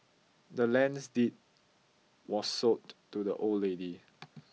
the land's deed was sold to the old lady